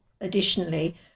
additionally